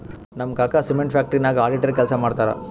ನಮ್ ಕಾಕಾ cement factory ನಾಗ್ ಅಡಿಟರ್ ಕೆಲ್ಸಾ ಮಾಡ್ತಾರ್